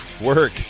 Work